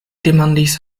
demandis